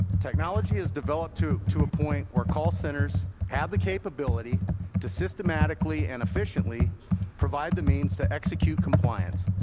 technology has developed to to a point where call centers have the capability to systematically and efficiently provide the means to execute compliance.